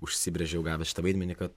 užsibrėžiau gavęs šitą vaidmenį kad